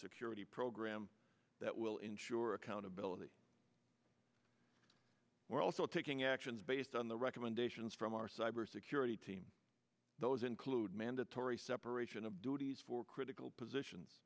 security program that will ensure accountability we're also taking actions based on the recommendations from our cyber security team those include mandatory separation of duties for critical positions